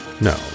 no